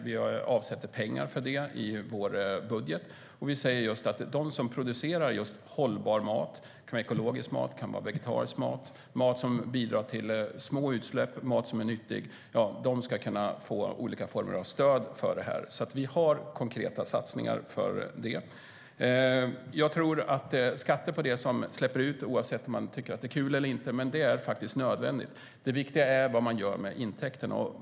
Vi avsätter pengar för det i vår budget. Vi säger att de som producerar "hållbar" mat ska kunna få olika former av stöd för det. Det kan vara fråga om ekologisk mat, vegetarisk mat, mat som bidrar till små utsläpp eller mat som är nyttig. Vi har konkreta satsningar för detta. Jag tror att skatter på det som ger utsläpp är nödvändiga, oavsett om man tycker att det är kul eller inte. Det viktiga är vad man gör med intäkterna.